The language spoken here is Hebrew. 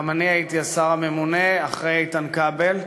גם אני הייתי השר הממונה, אחרי איתן כבל.